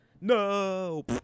No